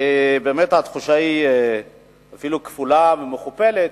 התחושה אפילו כפולה ומכופלת.